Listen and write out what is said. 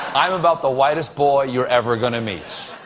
i am about the whitest boy you're ever gonna meet.